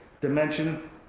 dimension